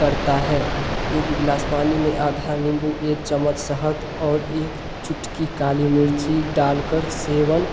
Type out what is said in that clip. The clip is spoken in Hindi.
करता है एक गिलास पानी में आधा नीम्बू एक चम्मच शहद और एक चुटकी काली मिर्ची डाल कर सेवन